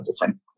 different